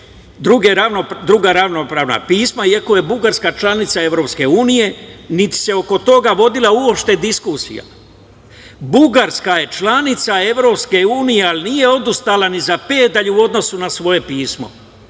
druga ravnopravna pisma iako je Bugarska članica EU, niti se oko toga vodila uopšte diskusija. Bugarska je članica EU, ali nije odustala ni za pedalj u odnosu na svoje pismo.